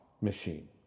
machine